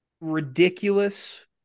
ridiculous